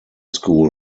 school